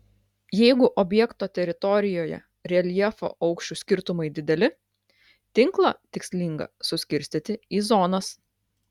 jeigu objekto teritorijoje reljefo aukščių skirtumai dideli tinklą tikslinga suskirstyti į zonas